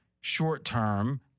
short-term